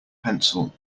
pencil